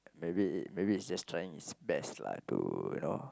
maybe maybe he's just trying his best lah to you know